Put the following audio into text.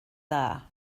dda